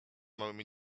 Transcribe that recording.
małymi